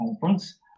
conference